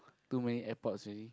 too many airports already